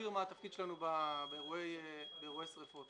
באירועי שריפות